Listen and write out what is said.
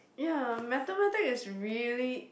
ya mathematics is really